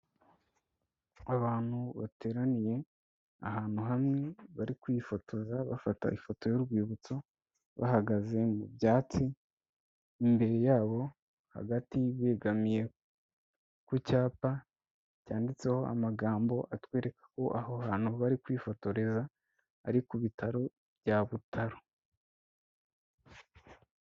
Abantu bateraniye ahantu hamwe, bari kwifotoza bafata ifoto y'urwibutso, bahagaze mu byatsi, imbere yabo hagati begamiye ku cyapa cyanditseho amagambo atwereka ko aho hantu bari kwifotoreza ari ku bitaro bya Butaro.